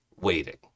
waiting